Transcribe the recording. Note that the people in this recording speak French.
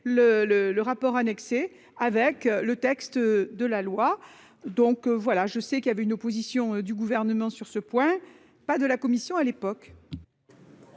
le rapport annexé avec le texte de la loi. Donc voilà je sais qu'il y avait une opposition du gouvernement sur ce point, pas de la commission à l'époque.